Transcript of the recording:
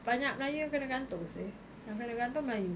banyak melayu kena gantung seh yang kena gantung melayu